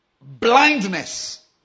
Blindness